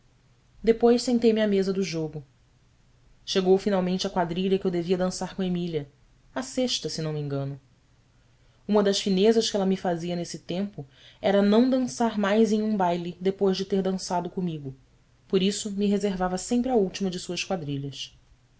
depois sentei-me à mesa do jogo chegou finalmente a quadrilha que eu devia dançar com emília a sexta se não me engano uma das finezas que ela me fazia nesse tempo era não dançar mais em um baile depois de ter dançado comigo por isso me reservava sempre a última de suas quadrilhas